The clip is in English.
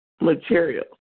material